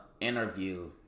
interview